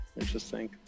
Interesting